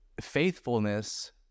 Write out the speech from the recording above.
faithfulness